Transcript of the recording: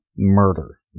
Murder